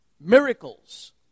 miracles